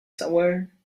somewhere